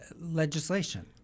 legislation